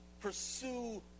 pursue